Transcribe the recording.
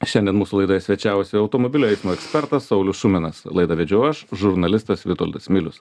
šiandien mūsų laidoje svečiavosi automobilių eismo ekspertas saulius šuminas laidą vedžiau aš žurnalistas vitoldas milius